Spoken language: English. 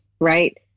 right